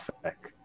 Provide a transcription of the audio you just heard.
effect